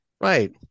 Right